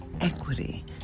equity